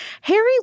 Harry